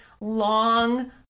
long